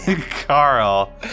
Carl